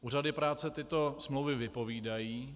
Úřady práce tyto smlouvy vypovídají.